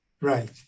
Right